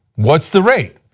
what's the right?